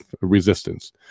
resistance